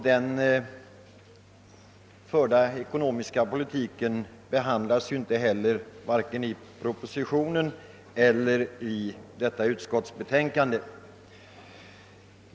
Den förda ekonomiska politiken behandlas ju inte heller vare sig i propositionen eller i föreliggande utskottsbetänkande.